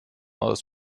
aus